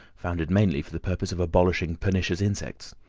founded mainly for the purpose of abolishing pernicious insects.